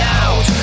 out